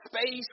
space